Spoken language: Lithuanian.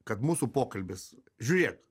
kad mūsų pokalbis žiūrėk